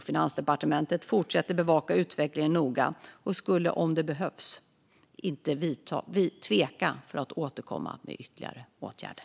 Finansdepartementet fortsätter att bevaka utvecklingen noga och skulle om det behövs inte tveka att återkomma med ytterligare åtgärder.